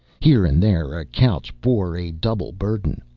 here and there a couch bore a double burden,